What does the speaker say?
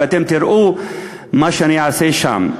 ואתם תראו מה אני אעשה שם,